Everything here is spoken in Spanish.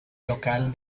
local